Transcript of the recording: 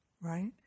Right